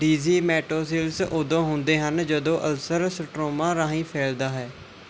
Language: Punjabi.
ਡੀਜ਼ੀਮੈਟੋਸੀਲਸ ਉਦੋਂ ਹੁੰਦੇ ਹਨ ਜਦੋਂ ਅਲਸਰ ਸਟ੍ਰੋਮਾ ਰਾਹੀਂ ਫੈਲਦਾ ਹੈ